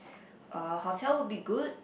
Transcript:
uh hotel will be good